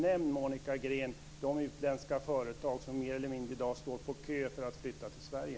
Nämn, Monica Green, de utländska företag som mer eller mindre i dag står på kö för att flytta till Sverige.